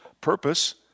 purpose